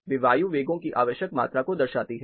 वे वायु वेगों की आवश्यक मात्रा का दर्शाती हैं